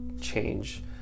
change